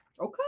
okay